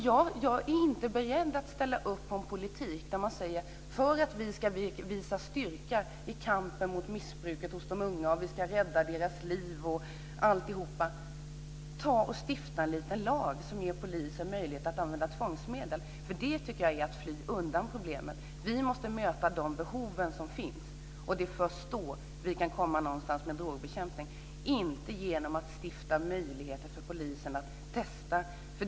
Jag är inte beredd att ställa upp på en politik där man säger att för att vi ska visa styrka i kampen mot missbruket hos de unga och rädda deras liv ska vi stifta en liten lag som ger polisen möjlighet att använda tvångsmedel. Det tycker jag är att fly undan problemet. Vi måste möta de behov som finns. Det är först då vi kan komma någonstans med drogbekämpningen. Det gör vi inte genom att ge polisen möjligheter att testa.